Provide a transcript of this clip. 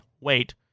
wait